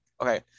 Okay